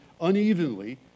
unevenly